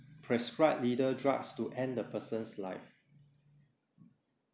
prescribe lethal drugs to end the person's life